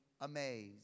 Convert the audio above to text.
amazed